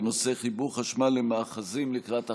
בנושא חיבור חשמל למאחזים לקראת החורף.